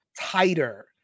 tighter